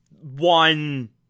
one